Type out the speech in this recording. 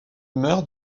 meurt